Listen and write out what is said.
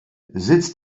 sitz